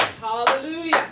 hallelujah